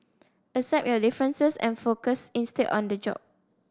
accept your differences and focus instead on the job